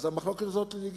המחלוקת הזאת לגיטימית.